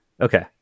Okay